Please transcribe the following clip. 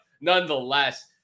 nonetheless